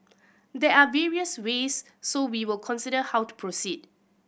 there are various ways so we will consider how to proceed